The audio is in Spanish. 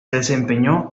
desempeñó